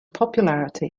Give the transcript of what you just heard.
popularity